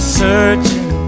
searching